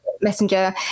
messenger